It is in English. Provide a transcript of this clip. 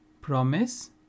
Promise